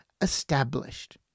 established